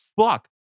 fuck